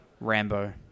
Rambo